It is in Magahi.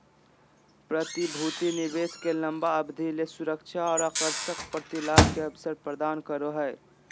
प्रतिभूति निवेश के लंबा अवधि ले सुरक्षा और आकर्षक प्रतिलाभ के अवसर प्रदान करो हइ